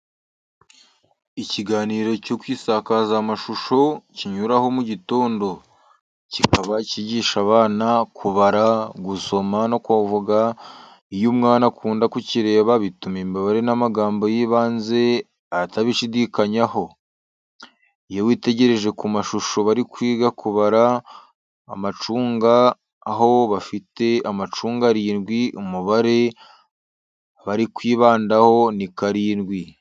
Ikiganiro cyo ku isakazamashusho kinyuraho mugitondo, kikaba cyigisha abana kubara, gusoma no kuvuga, iyo umwana akunda kukireba bituma imibare n'amagambo y'ibanze atabishidikanyaho. Iyo witegereje ku mashusho bari kwiga kubara amacunga aho bafite amacunga arindwi, umubare bari kwibandaho ni karindwi.